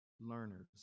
learners